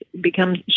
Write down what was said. becomes